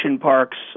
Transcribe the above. parks